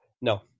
no